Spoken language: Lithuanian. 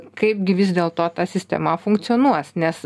kaipgi vis dėlto ta sistema funkcionuos nes